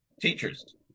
teachers